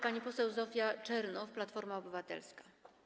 Pani poseł Zofia Czernow, Platforma Obywatelska.